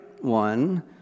One